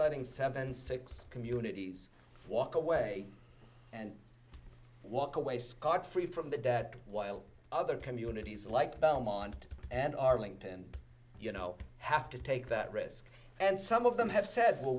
letting seven six communities walk away and walk away scot free from the debt while other communities like belmont and arlington you know have to take that risk and some of them have said well